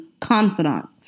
Confidant